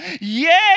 Yay